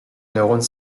neurones